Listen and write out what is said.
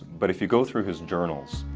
but if you go through his journals,